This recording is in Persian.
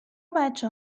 بچه